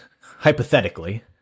hypothetically